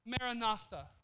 Maranatha